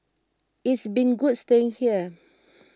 it's been good staying here